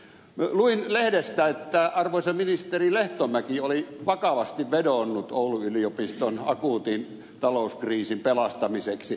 luin lehdestä että arvoisa ministeri lehtomäki oli vakavasti vedonnut oulun yliopiston akuutin talouskriisin pelastamiseksi